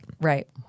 Right